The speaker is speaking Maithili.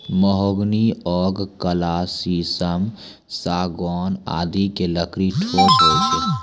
महोगनी, ओक, काला शीशम, सागौन आदि के लकड़ी ठोस होय छै